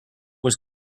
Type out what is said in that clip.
was